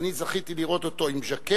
ואני זכיתי לראות אותו עם ז'קט.